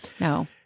No